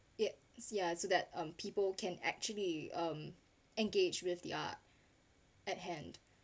yet ya so that people can actually um engage with the art at hand